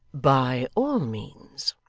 by all means